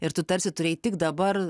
ir tu tarsi turėjai tik dabar